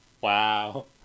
Wow